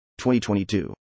2022